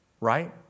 Right